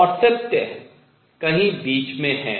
और सत्य कहीं बीच में है